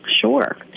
Sure